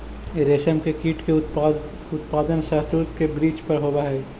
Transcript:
रेशम के कीट के उत्पादन शहतूत के वृक्ष पर होवऽ हई